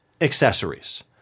accessories